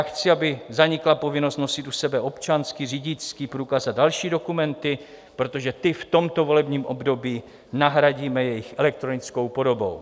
Chci, aby zanikla povinnost nosit u sebe občanský, řidičský průkaz a další dokumenty, protože ty v tomto volebním období nahradíme jejich elektronickou podobou.